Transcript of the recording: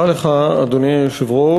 אדוני היושב-ראש,